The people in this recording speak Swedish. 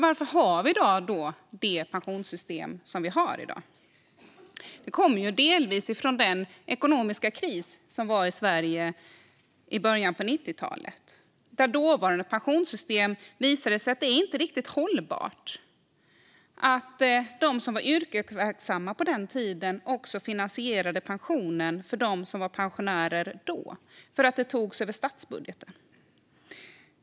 Varför har vi då det pensionssystem som vi har i dag? Det beror delvis på den ekonomiska krisen i Sverige i början av 90-talet då det visade sig att det dåvarande pensionssystemet inte var riktigt hållbart. De som var yrkesverksamma på den tiden finansierade också pensionen för dem som var pensionärer, eftersom det togs ur statsbudgeten.